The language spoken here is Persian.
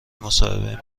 مصاحبه